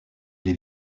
les